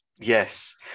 Yes